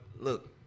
look